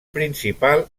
principal